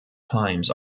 times